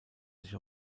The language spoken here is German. sich